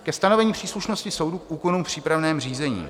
Ke stanovení příslušnosti soudu k úkonům v přípravném řízení.